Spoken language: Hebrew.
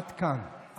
עד כאן.